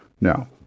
Now